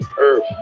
earth